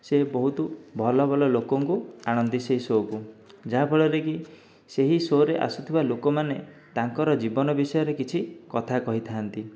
ସେ ବହୁତ ଭଲ ଭଲ ଲୋକଙ୍କୁ ଆଣନ୍ତି ସେହି ସୋକୁ ଯାହା ଫଳରେକି ସେହି ସୋ'ରେ ଆସୁଥିବା ଲୋକମାନେ ତାଙ୍କର ଜୀବନ ବିଷୟରେ କିଛି କଥା କହିଥାନ୍ତି